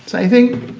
so i think